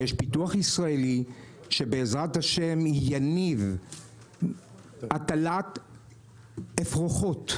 פיתוח ישראלי שיניב הטלת אפרוחות,